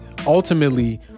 ultimately